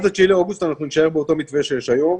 עד ה-9 באוגוסט אנחנו נישאר באותו מתווה שיש היום.